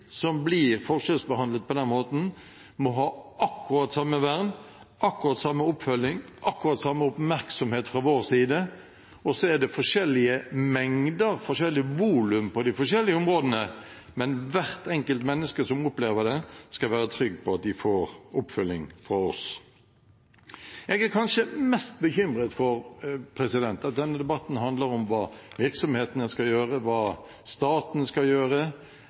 som blir forskjellsbehandlet på den måten, må ha akkurat samme vern, akkurat samme oppfølging, akkurat samme oppmerksomhet fra vår side. Så er det forskjellige mengder, forskjellig volum, på de forskjellige områdene, men hvert enkelt menneske som opplever det, skal være trygg på at de får oppfølging fra oss. Jeg er kanskje mest bekymret for at denne debatten handler om hva virksomhetene skal gjøre, hva staten skal gjøre,